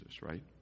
right